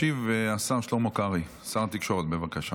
ישיב השר שלמה קרעי, שר התקשורת, בבקשה.